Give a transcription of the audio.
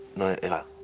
no eva.